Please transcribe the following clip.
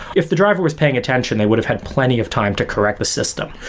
if the driver was paying attention, they would have had plenty of time to correct the system,